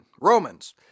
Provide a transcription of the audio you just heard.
Romans